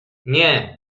nie